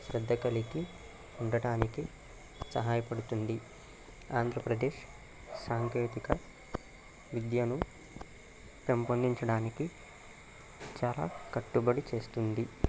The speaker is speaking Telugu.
శ్రద్ధ కలిగి ఉండటానికి సహాయపడుతుంది ఆంధ్ర ప్రదేశ్ సాంకేతిక విద్యను పెంపొందించడానికి చాలా కట్టుబడి చేస్తుంది